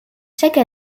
chaque